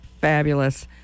fabulous